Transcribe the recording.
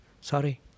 Sorry